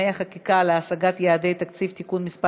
חקיקה להשגת יעדי התקציב) (תיקון מס'